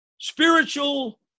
Spiritual